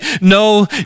no